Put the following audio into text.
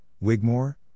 Wigmore